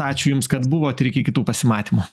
ačiū jums kad buvot ir iki kitų pasimatymų